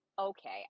Okay